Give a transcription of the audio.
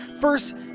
First